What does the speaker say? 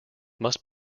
must